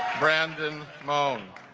brandon moan